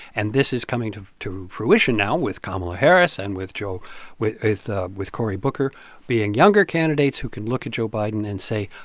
and this is coming to to fruition now with kamala harris and with joe with with ah cory booker being younger candidates who can look at joe biden and say,